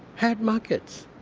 had markets.